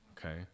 Okay